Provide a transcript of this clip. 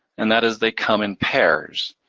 and that is they come in pairs.